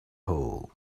hole